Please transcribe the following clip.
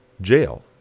jail